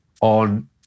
on